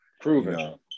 Proven